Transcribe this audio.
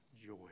joy